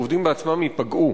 העובדים בעצמם ייפגעו.